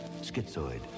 Schizoid